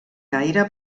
gaire